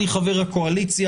אני חבר הקואליציה,